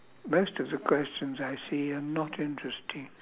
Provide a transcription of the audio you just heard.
most of the questions I see are not interesting